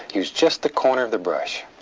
use just the corner of the brush.